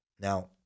Now